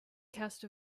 cast